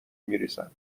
میریزم